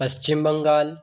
Paschim Bengal